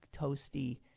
toasty